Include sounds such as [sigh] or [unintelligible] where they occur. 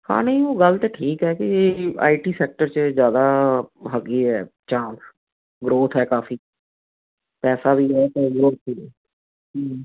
ਹਾਂ ਨਹੀਂ ਉਹ ਗੱਲ ਤਾਂ ਠੀਕ ਹੈ ਕਿ ਆਈ ਟੀ ਸੈਕਟਰ 'ਚ ਜ਼ਿਆਦਾ ਹੈਗੀ ਹੈ ਜਾਂ ਗਰੋਥ ਹੈ ਕਾਫ਼ੀ ਪੈਸਾ ਵੀ ਹੈ ਅਤੇ [unintelligible]